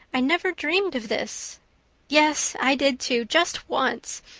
i never dreamed of this yes, i did too, just once!